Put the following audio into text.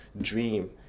dream